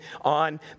on